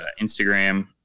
Instagram